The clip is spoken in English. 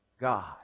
God